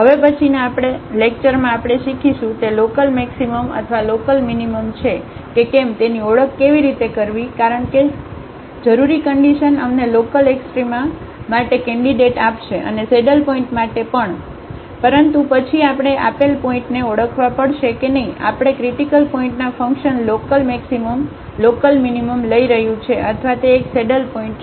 હવે પછીનાં લેક્ચરમાં આપણે શીખીશું તે લોકલમેક્સિમમ અથવા લોકલમીનીમમ છે કે કેમ તેની ઓળખ કેવી રીતે કરવી કારણ કે જરૂરી કન્ડિશન અમને લોકલએક્સ્ટ્રામા માટે કેન્ડિડેટ આપશે અને સેડલ પોઇન્ટ માટે પણ પરંતુ પછી આપણે આપેલ પોઇન્ટને ઓળખવા પડશે કે નહીં આપેલ critical point function local maximum લોકલમીનીમમલઈ રહ્યું છે અથવા તે એક સેડલ પોઇન્ટ છે